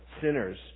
sinners